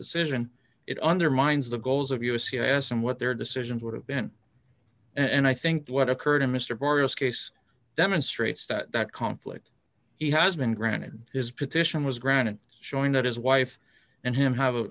decision it undermines the goals of u s c s and what their decisions would have been and i think what occurred in mr boreas case demonstrates that conflict he has been granted his petition was granted showing that his wife and him have